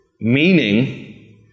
Meaning